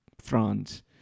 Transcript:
France